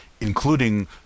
including